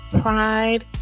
Pride